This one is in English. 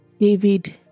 David